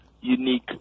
unique